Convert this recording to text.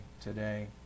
today